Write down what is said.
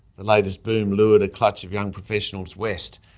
the latest boom lured a clutch of young professionals west,